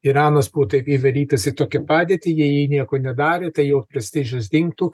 iranas būtų įvarytas į tokią padėtį jei jie nieko nedarė tai jo prestižas dingtų